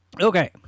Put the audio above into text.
Okay